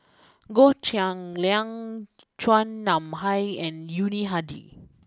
Goh Cheng Liang Chua Nam Hai and Yuni Hadi